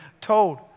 told